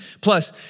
Plus